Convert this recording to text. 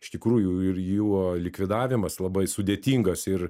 iš tikrųjų ir jo likvidavimas labai sudėtingas ir